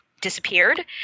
disappeared